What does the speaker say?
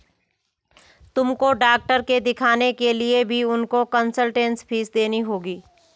तुमको डॉक्टर के दिखाने के लिए भी उनको कंसलटेन्स फीस देनी होगी